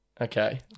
Okay